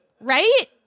Right